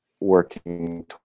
working